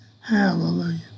Hallelujah